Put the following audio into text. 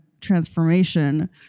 transformation